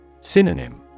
Synonym